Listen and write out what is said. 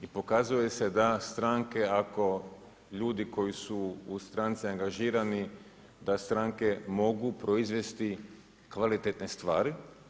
I pokazuje se da stranke ako, ljudi koji su u stranci angažirani da stranke mogu proizvesti kvalitetne stvari.